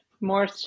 more